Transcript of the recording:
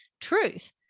truth